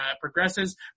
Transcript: progresses